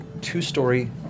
two-story